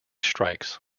strikes